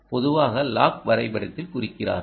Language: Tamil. பொதுவாக லாக் வரைபடத்தில் குறிக்கிறார்கள்